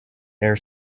air